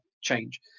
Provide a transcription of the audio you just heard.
change